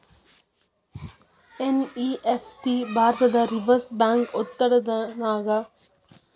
NEFT ಭಾರತದ್ Reserve Bank ಒಡೆತನದಾಗ ಐತಿ ಮತ್ತ ಆರ್.ಬಿ.ಐ ಮೂಲಕನ ಕಾರ್ಯನಿರ್ವಹಿಸ್ತದ